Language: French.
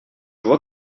vois